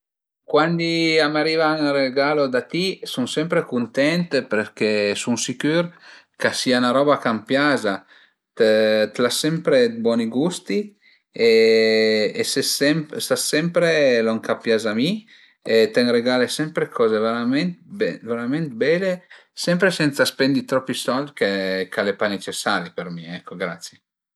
Cuandi a m'ariva ün regalo da ti sun sempre cuntent perché sun sicür ch'a sia 'na roba ch'a m'piaza, t'las sempre d'buoni gusti e ses sempre sas sempre lon ch'a pias a mi e ti m'regale sempre d'coze verament be verament bele sempre sensa spendi tropi sold che ch'al e pa necesari për mi, ecco grazie